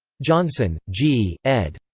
johnson, g, ed.